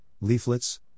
leaflets